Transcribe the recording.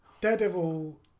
Daredevil